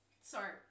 Sorry